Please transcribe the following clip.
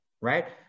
right